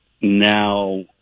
now